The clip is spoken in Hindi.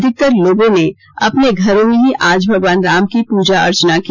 अधिकतर लोगों ने अपने घरों में ही आज भगवान राम की पूजा अर्चना की